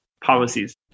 policies